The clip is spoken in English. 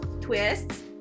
twists